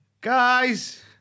guys